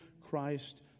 Christ